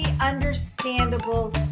understandable